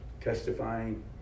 testifying